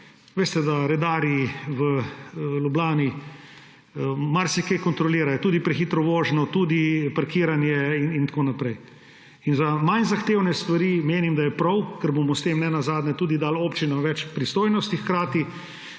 veste, da redarji v Ljubljani marsikaj kontrolirajo, tudi prehitro vožnjo, tudi parkiranje in tako naprej. Za manj zahtevne stvari menim, da je prav, ker bomo s tem ne nazadnje dali občinam več pristojnosti, hkrati